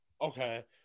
Okay